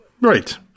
Right